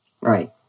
right